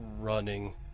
running